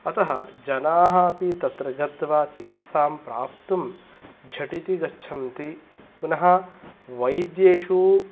अतः जनाः अपि तत्र गत्वा चिकित्सां प्राप्तुं झटिति गच्छन्ति पुनः वैद्येषु